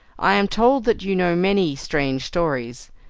i am told that you know many strange stories.